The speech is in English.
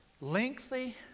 lengthy